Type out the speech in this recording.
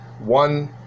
one